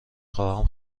خواهم